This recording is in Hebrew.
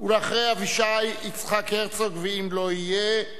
ואחרי אבישי, יצחק הרצוג, ואם לא יהיה,